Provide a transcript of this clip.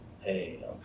hey